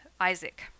Isaac